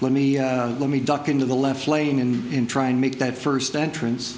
let me let me duck into the left lane and try and make that first entrance